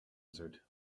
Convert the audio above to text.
answered